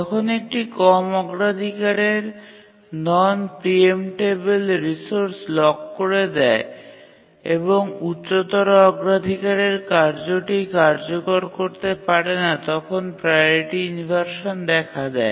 যখন একটি কম অগ্রাধিকারের নন প্রিএম্পটেবিল রিসোর্স লক করে দেয় এবং উচ্চতর অগ্রাধিকারের কার্যটি কার্যকর করতে পারে না তখন প্রাওরিটি ইনভারসান দেখা দেয়